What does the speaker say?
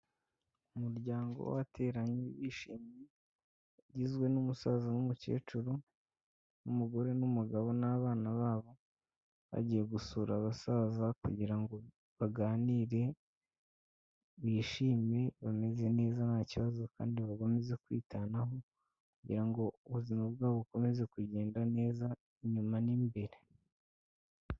Umuryango wateranye bishimye, ugizwe n'umusaza n'umukecuru, n'umugore n'umugabo n'abana babo. Bagiye gusura abasaza kugira ngo baganire, bishime bameze neza nta kibazo kandi bakomeze kwitanaho, kugira ngo ubuzima bwabo bukomeze kugenda neza inyuma n'imbere.